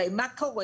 הרי מה קורה?